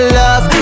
love